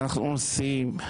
ואנחנו עושים.